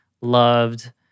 loved